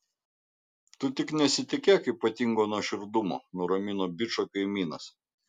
tu tik nesitikėk ypatingo nuoširdumo nuramino bičą kaimynas